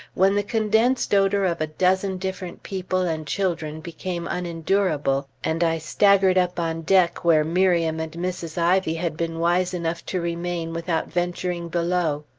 when the condensed odor of a dozen different people and children became unendurable, and i staggered up on deck where miriam and mrs. ivy had been wise enough to remain without venturing below.